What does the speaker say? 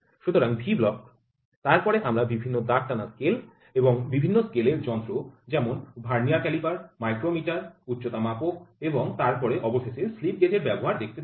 সুতরাং V block তারপর আমরা বিভিন্ন দাগ টানা স্কেল এবং বিভিন্ন স্কেলের যন্ত্র যেমন ভার্নিয়ার ক্যালিপার মাইক্রোমিটার উচ্চতা মাপক এবং তারপরে অবশেষে স্লিপ গেজ এর ব্যবহার দেখতে পেলাম